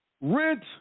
rent